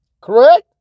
Correct